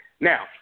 Now